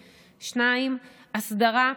2. הסדרה,